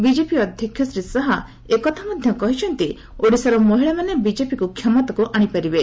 BJP ଅଧ୍ୟକ୍ଷ ଶ୍ରୀ ଶାହା ଏକଥା ମଧ୍ୟ କହିଛନ୍ତି ଓଡ଼ିଶାର ମହିଳାମାନେ ବିଜେପିକୁ କ୍ଷମତାକୁ ଆଣିପାରିବେ